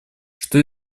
что